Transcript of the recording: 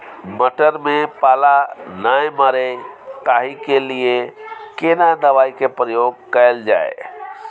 मटर में पाला नैय मरे ताहि के लिए केना दवाई के प्रयोग कैल जाए?